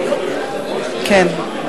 כן,